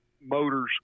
motors